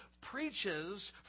preaches